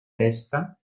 testa